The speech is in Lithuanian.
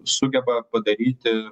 sugeba padaryti